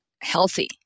healthy